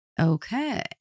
Okay